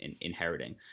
inheriting